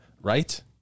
right